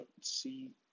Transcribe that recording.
see